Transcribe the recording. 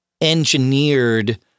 engineered